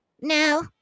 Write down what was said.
No